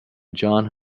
john